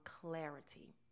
clarity